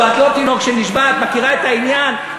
את לא תינוק שנשבה, את מכירה את העניין.